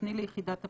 תפני ליחידת הפיצוח.